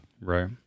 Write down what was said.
right